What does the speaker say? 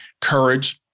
courage